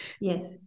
Yes